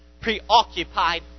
preoccupied